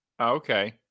Okay